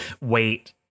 wait